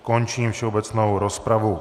Končím všeobecnou rozpravu.